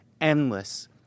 endless